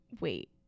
wait